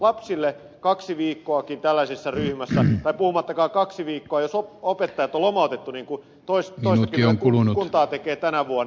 lapsille kaksi viikkoakin tällaisessa ryhmässä on liikaa saati kaksi viikkoa jos opettajat on lomautettu niin kuin toistakymmentä kuntaa tekee tänä vuonna